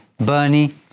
Bernie